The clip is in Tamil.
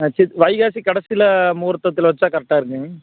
ஆ சி வைகாசி கடைசியில் முகூர்த்தத்தில் வைச்சா கரெக்டாக இருக்குங்க